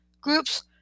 groups